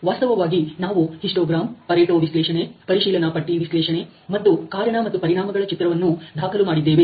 ವಾಸ್ತವವಾಗಿ ನಾವು histogram Pareto ವಿಶ್ಲೇಷಣೆ ಪರಿಶೀಲನಾ ಪಟ್ಟಿ ವಿಶ್ಲೇಷಣೆ ಮತ್ತು ಕಾರಣ ಮತ್ತು ಪರಿಣಾಮಗಳ ಚಿತ್ರವನ್ನು ದಾಖಲು ಮಾಡಿದ್ದೇವೆ